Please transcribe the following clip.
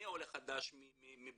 מי הוא עולה חדש מארצות הברית,